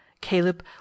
Caleb